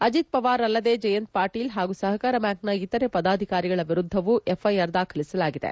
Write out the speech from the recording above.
ಅಜಿತ್ ಪವಾರ್ ಅಲ್ಲದೇ ಜಯಂತ್ ಪಾಟೀಲ್ ಹಾಗೂ ಸಹಕಾರ ಬ್ಲಾಂಕ್ನ ಇತರೆ ಪದಾಧಿಕಾರಿಗಳ ವಿರುದ್ಲವೂ ಎಫ್ಐಆರ್ ದಾಖಲಿಸಲಾಗಿದೆ